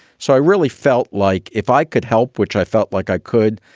so i really felt like if i could help, which i felt like i could,